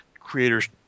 creators